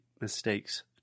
mistakes